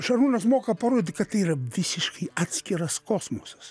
šarūnas moka parodyt kad tai yra visiškai atskiras kosmosas